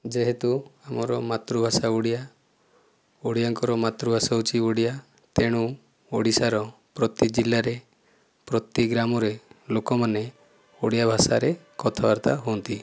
ଯେହେତୁ ଆମର ମାତୃଭାଷା ଓଡ଼ିଆ ଓଡ଼ିଆଙ୍କ ମାତୃଭାଷା ହେଉଛି ଓଡ଼ିଆ ତେଣୁ ଓଡ଼ିଶାର ପ୍ରତି ଜିଲ୍ଲାରେ ପ୍ରତି ଗ୍ରାମରେ ଲୋକମାନେ ଓଡ଼ିଆ ଭାଷାରେ କଥାବାର୍ତ୍ତା ହୁଅନ୍ତି